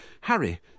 Harry